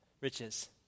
riches